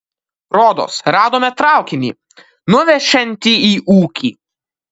rodos radome traukinį nuvešiantį į ūkį